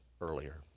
earlier